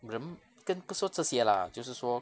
人跟不说这些 lah 就是说